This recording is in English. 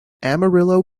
amarillo